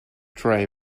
try